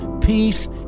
peace